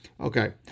Okay